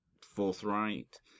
forthright